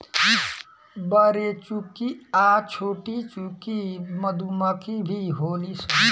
बरेचुकी आ छोटीचुकी मधुमक्खी भी होली सन